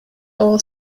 all